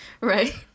Right